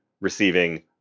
receiving